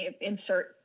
insert